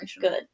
good